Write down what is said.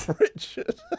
Richard